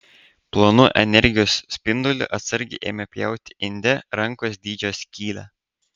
plonu energijos spinduliu atsargiai ėmė pjauti inde rankos dydžio skylę